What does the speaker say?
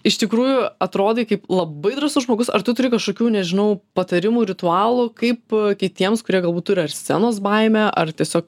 iš tikrųjų atrodai kaip labai drąsus žmogus ar tu turi kažkokių nežinau patarimų ritualų kaip kitiems kurie galbūt turi ar scenos baimę ar tiesiog